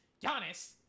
Giannis